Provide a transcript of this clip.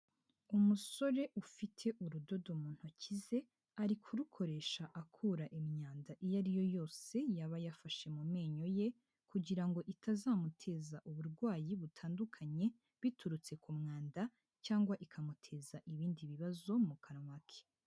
Umusore ufite urudodo mu ntoki ze ari kurukoresha akura imyanda iyo ari yo yose yaba yafashe mu menyo ye kugira ngo itazamuteza uburwayi butandukanye, biturutse ku mwanda cyangwa ikamuteza ibindi bibazo mu kanwa ke.